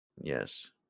Yes